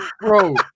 bro